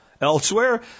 elsewhere